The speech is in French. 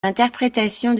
interprétation